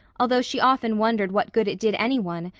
although she often wondered what good it did any one,